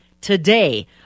today